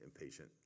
impatient